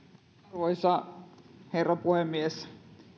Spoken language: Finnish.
arvoisa herra puhemies